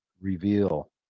reveal